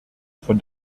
von